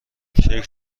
کیک